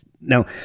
Now